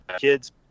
kids